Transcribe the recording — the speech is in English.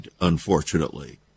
unfortunately